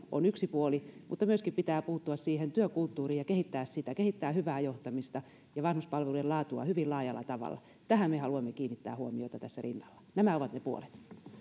on yksi puoli mutta myöskin pitää puuttua siihen työkulttuuriin ja kehittää sitä kehittää hyvää johtamista ja vanhuspalvelujen laatua hyvin laajalla tavalla tähän me haluamme kiinnittää huomiota tässä rinnalla nämä ovat ne puolet